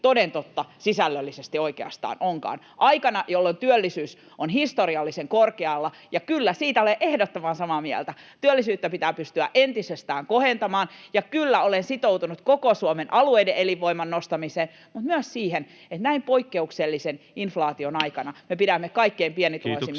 toden totta sisällöllisesti oikeastaan onkaan aikana, jolloin työllisyys on historiallisen korkealla. Kyllä, siitä olen ehdottoman samaa mieltä, että työllisyyttä pitää pystyä entisestään kohentamaan, ja kyllä, olen sitoutunut koko Suomen alueiden elinvoiman nostamiseen mutta myös siihen, että näin poikkeuksellisen inflaation aikana me pidämme kaikkein pienituloisimmista